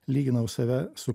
lyginau save su